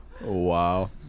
Wow